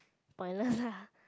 pointless lah